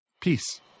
Peace